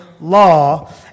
law